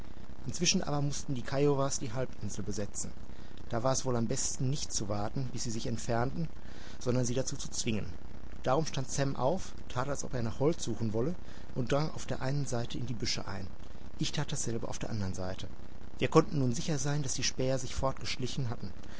inzwischen aber mußten die kiowas die halbinsel besetzen da war es wohl am besten nicht zu warten bis sie sich entfernten sondern sie dazu zu zwingen darum stand sam auf tat als ob er nach holz suchen wolle und drang auf der einen seite in die büsche ein ich tat dasselbe auf der andern seite wir konnten nun sicher sein daß die späher sich fortgeschlichen hatten